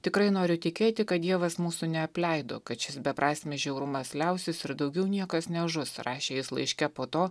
tikrai noriu tikėti kad dievas mūsų neapleido kad šis beprasmis žiaurumas liausis ir daugiau niekas nežus rašė jis laiške po to